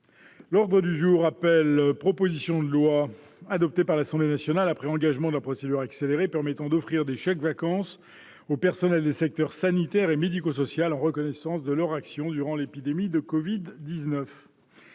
la discussion de la proposition de loi, adoptée par l'Assemblée nationale après engagement de la procédure accélérée, permettant d'offrir des chèques-vacances aux personnels des secteurs sanitaire et médico-social en reconnaissance de leur action durant l'épidémie de covid-19